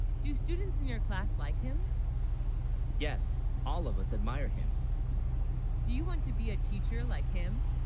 do students in your class like him yes all of us admire him do you, want to be a teacher, like him